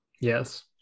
Yes